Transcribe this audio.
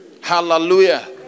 Hallelujah